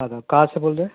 اچھا کہاں سے بول رہے ہیں